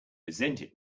resented